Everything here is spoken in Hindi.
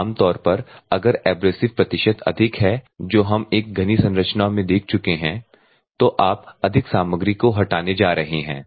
आम तौर पर अगर एब्रेसिव प्रतिशत अधिक है जो हम एक घनी संरचना मैं देख चुके हैं तो आप अधिक सामग्री को हटाने जा रहे हैं